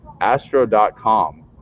astro.com